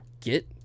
get